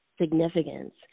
significance